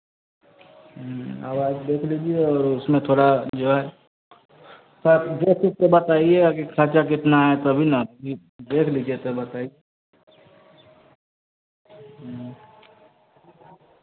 आवाज़ देख लीजिए और उसमें थोड़ा जो है ताकि देख ओख के बताईए आगे खर्चा कितना है तभी ना देख लीजिए तो बताईए